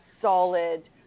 solid